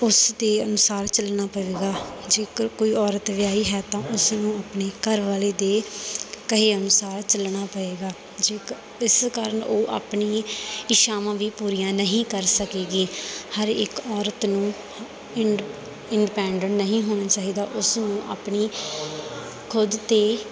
ਉਸ ਦੇ ਅਨੁਸਾਰ ਚਲਣਾ ਪਏਗਾ ਜੇਕਰ ਕੋਈ ਔਰਤ ਵਿਆਹੀ ਹੈ ਤਾਂ ਉਸਨੂੰ ਆਪਣੇ ਘਰ ਵਾਲੇ ਦੇ ਕਹੇ ਅਨੁਸਾਰ ਚਲਣਾ ਪਏਗਾ ਜੇਕਰ ਇਸ ਕਾਰਨ ਉਹ ਆਪਣੀ ਇੱਛਾਵਾਂ ਵੀ ਪੂਰੀਆਂ ਨਹੀਂ ਕਰ ਸਕੇਗੀ ਹਰ ਇੱਕ ਔਰਤ ਨੂੰ ਇਨ ਇਨਪੈਂਡਡ ਨਹੀਂ ਹੋਣਾ ਚਾਹੀਦਾ ਉਸ ਨੂੰ ਆਪਣੀ ਖੁਦ 'ਤੇ